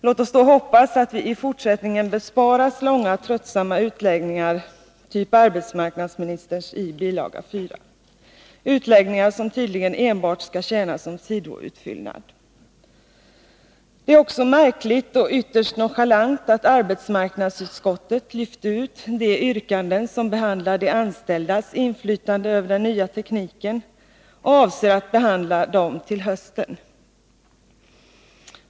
Låt oss då hoppas att vi i fortsättningen besparas långa, tröttsamma utläggningar av det slag som arbetsmarknadsministern gett prov på i bilaga 4, utläggningar som tydligen enbart skall tjäna som sidoutfyllnad. Det är också märkligt, och ytterst nonchalant, att arbetsmarknadsutskottet lyft ut de yrkanden som behandlar de anställdas inflytande över den nya tekniken och avser att behandla dessa till hösten.